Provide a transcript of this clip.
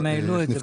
הם העלו את זה.